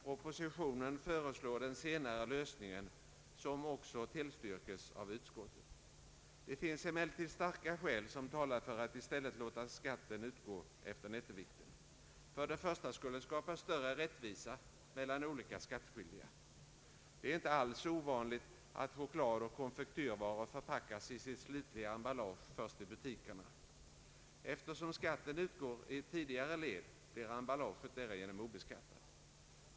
Propositionen föreslår den senare lösningen som också tillstyrkes av utskottet. Det finns emellertid starka skäl som talar för att i stället låta skatten utgå efter nettovikten. Ett skäl är att det skulle skapa större rättvisa mellan olika skattskyldiga. Det är inte alls ovanligt att chokladoch konfektyrvaror förpackas i sitt slutliga emballage först i butikerna. Eftersom skatten utgår i ett tidigare led blir emballaget därigenom obeskattat.